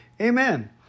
Amen